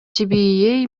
твеа